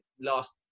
last